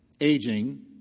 aging